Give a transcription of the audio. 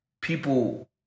people